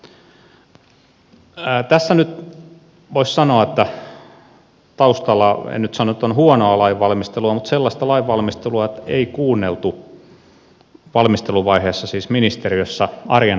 tässä nyt voisi sanoa että taustalla on en nyt sano huonoa lainvalmistelua mutta sellaista lainvalmistelua että ei kuunneltu valmisteluvaiheessa siis ministeriössä arjen ammattilaisia